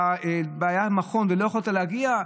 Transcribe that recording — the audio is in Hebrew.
אתה בבעיה עם המכון ולא יכולת להגיע,